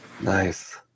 nice